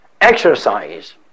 exercise